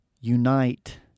Unite